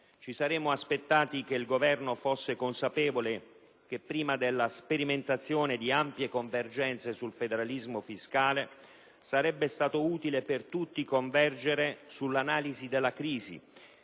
Ci saremmo aspettati che il Governo fosse consapevole che prima della sperimentazione di ampie convergenze sul federalismo fiscale sarebbe stato utile per tutti convergere sull'analisi della crisi